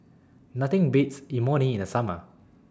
Nothing Beats having Imoni in The Summer